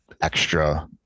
extra